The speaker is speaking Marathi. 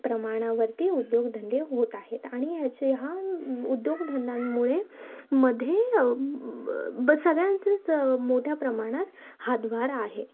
प्रमाणावरती उद्योगधंदे होत आहेत आणि याचे हान उद्योगधंद्यामुळे मधे सगळ्यांचेच मोठ्या प्रमाणात हातभार आहे